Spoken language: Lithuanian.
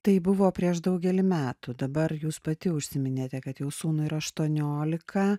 tai buvo prieš daugelį metų dabar jūs pati užsiminėte kad jau sūnui yra aštuoniolika